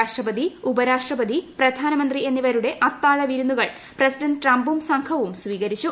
രാഷ്ട്രപതി ഉപരാഷ്ട്രപതി പ്രധാനമന്ത്രി എന്നിവരുടെ അത്താഴ വിരുന്നുകൾ പ്രസിഡന്റ് ട്രംപും സംഘവും സ്വീകരിച്ചു